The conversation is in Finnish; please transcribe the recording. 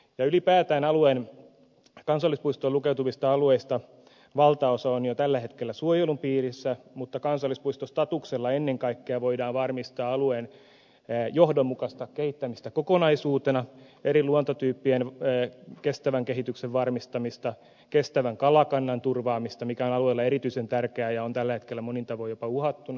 ylipäätään alueen kansallispuistoon lukeutuvista alueista valtaosa on jo tällä hetkellä suojelun piirissä mutta kansallispuistostatuksella ennen kaikkea voidaan varmistaa alueen johdonmukaista kehittämistä kokonaisuutena eri luontotyyppien kestävän kehityksen varmistamista kestävän kalakannan turvaamista mikä on alueella erityisen tärkeää ja on tällä hetkellä monin tavoin jopa uhattuna